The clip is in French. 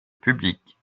publique